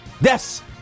Yes